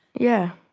yeah.